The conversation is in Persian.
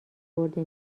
برده